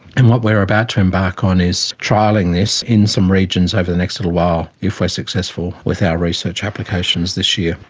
and what we are about to embark on is trialling this in some regions over the next little while if we are successful with our research applications this year.